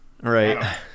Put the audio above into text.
Right